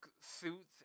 suits